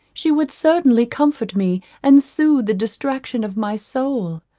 she would certainly comfort me, and sooth the distraction of my soul.